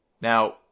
Now